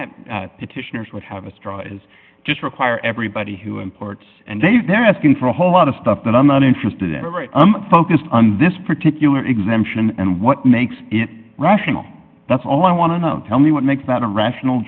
straw is just require everybody who imports and they they're asking for a whole lot of stuff that i'm not interested in right i'm focused on this particular exemption and what makes it rational that's all i want to know tell me what makes that a rational